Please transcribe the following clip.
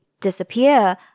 disappear